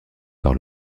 par